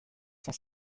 cent